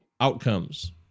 outcomes